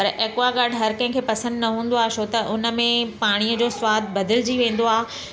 पर ऐक्वागाड हर कंहिंखे पसंदि न हूंदो आहे छो त उन में पाणीअ जो सवादु बदिलजी वेंदो आहे